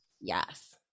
yes